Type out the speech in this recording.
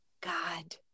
God